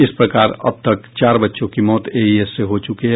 इस प्रकार अब तक चार बच्चों की मौत एईएस से हो चुकी है